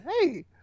hey